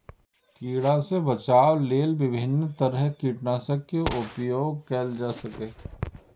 कीड़ा सं बचाव लेल विभिन्न तरहक कीटनाशक के उपयोग कैल जा सकैए